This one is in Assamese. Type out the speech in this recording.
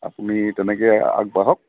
আপুনি তেনেকৈ আগবাঢ়ক